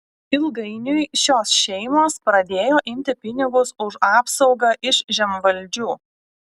ilgainiui šios šeimos pradėjo imti pinigus už apsaugą iš žemvaldžių